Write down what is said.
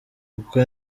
uko